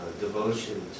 devotion